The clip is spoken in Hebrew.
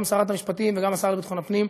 גם שרת המשפטים וגם השר לביטחון הפנים,